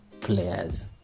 players